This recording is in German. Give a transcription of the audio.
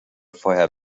vorher